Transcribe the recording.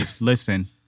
Listen